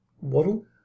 waddle